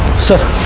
sir,